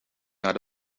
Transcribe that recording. naar